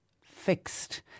fixed